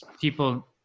people